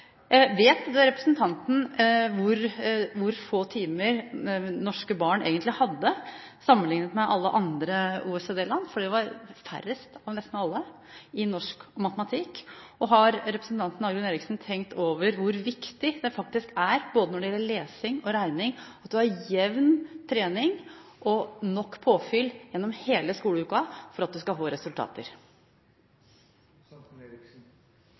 Vet representanten hvor få timer norske barn egentlig hadde sammenlignet med alle andre OECD-land? Det var færrest av nesten alle i norsk og matematikk. Og har representanten Dagrun Eriksen tenkt over hvor viktig det faktisk er både når det gjelder lesing og regning, at man har jevn trening og nok påfyll gjennom hele skoleuken for at man skal få resultater?